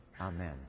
Amen